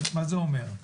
מה זה אומר?